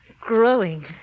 Growing